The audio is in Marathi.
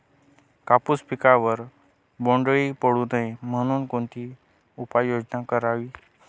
कापूस पिकावर बोंडअळी पडू नये म्हणून कोणती उपाययोजना करावी?